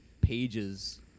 pages